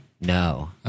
No